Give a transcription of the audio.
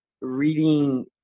reading